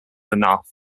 enough